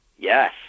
Yes